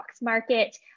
Market